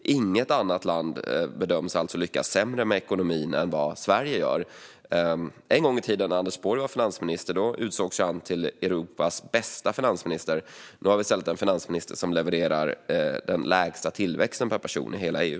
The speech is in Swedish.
Inget annat land bedöms alltså lyckas sämre med ekonomin än Sverige. När Anders Borg var finansminister en gång i tiden utsågs han till Europas bästa finansminister. Nu har vi i stället en finansminister som levererar den lägsta tillväxten per person i hela EU.